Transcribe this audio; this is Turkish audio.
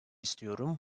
istiyorum